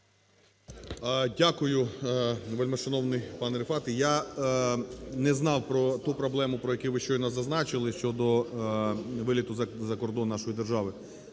Дякую, вельмишановний пане Рефате. Я не знав про ту проблему, про яку ви щойно зазначили, щодо виліту за кордон нашої держави